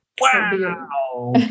Wow